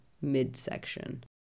midsection